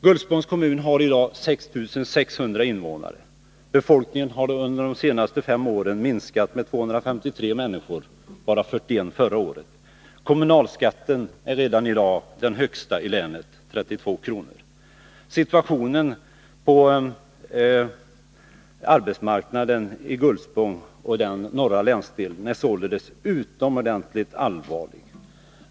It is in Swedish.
Gullspångs kommun har i dag 6 600 invånare. Befolkningen har under de senaste fem åren minskat med 253 människor, varav 41 förra året. Kommunalskatten är redan i dag den högsta i länet, 32 kr. Situationen på arbetsmarknaden i Gullspång och den norra länsdelen är utomordentligt allvarlig.